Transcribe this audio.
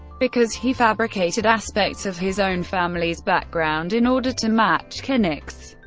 because he fabricated aspects of his own family's background in order to match kinnock's.